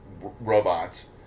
robots